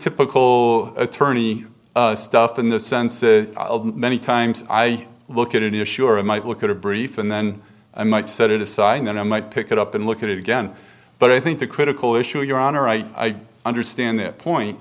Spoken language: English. typical attorney stuff in the sense that many times i look at it in a sure it might look at a brief and then i might set it aside and then i might pick it up and look at it again but i think the critical issue your honor i understand that point